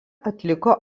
atliko